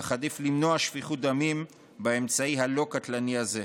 אך עדיף למנוע שפיכות דמים באמצעי הלא-קטלני הזה.